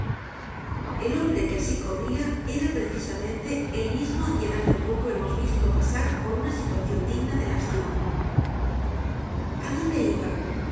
el hombre que asi corria era precisamente el mismo á quien hace poco hemos visto pasar por una situacion digna de lástima a dónde iba